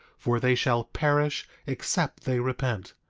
for they shall perish except they repent.